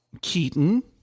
Keaton